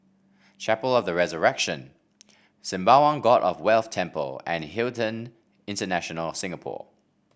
Chapel of The Resurrection Sembawang God of Wealth Temple and Hilton International Singapore